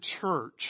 church